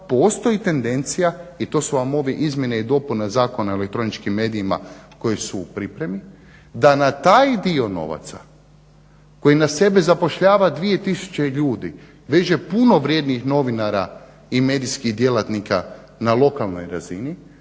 postoji tendencija i to su vam ove izmjene i dopuna Zakona o elektroničkim medijima koji su u pripremi da na taj dio novaca koji na sebe zapošljava 2 tisuće ljudi veže puno vrijednih novinara i medijskih djelatnika na lokalnoj razini,